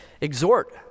Exhort